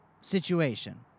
situation